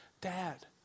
dad